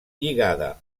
lligada